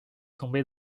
tomber